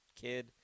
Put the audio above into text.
kid